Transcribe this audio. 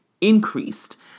increased